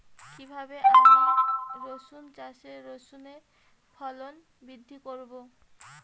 কীভাবে আমি রসুন চাষে রসুনের ফলন বৃদ্ধি করব?